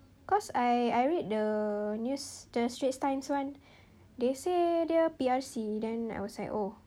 cause I I read the news the straits times [one] they say dia P_R_C then I was like oh